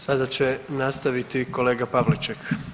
Sada će nastaviti kolega Pavliček.